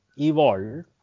evolved